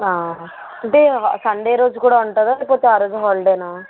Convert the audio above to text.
అంటే సండే రోజు కూడా ఉంటదా లేకపోతే ఆరోజు హాలిడేనా